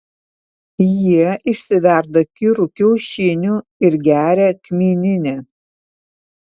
jie išsiverda kirų kiaušinių ir geria kmyninę